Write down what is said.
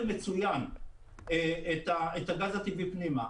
את הגז הטבעי פנימה.